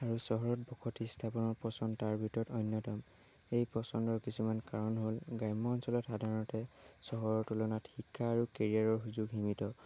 আৰু চহৰত বসতি স্থাপনৰ পছন্দ তাৰ ভিতৰত অন্যতম সেই পছন্দৰ কিছুমান কাৰণ হ'ল গ্ৰাম্য অঞ্চলৰ সাধাৰণতে চহৰৰ তুলনাত শিক্ষা আৰু কেৰিয়াৰৰ সুযোগ সীমিত